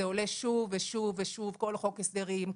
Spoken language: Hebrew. זה עולה שוב ושוב ושוב כל חוק הסדרים,